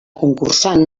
concursant